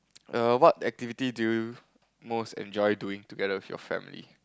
err what activity do you most enjoy doing together with your family